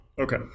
Okay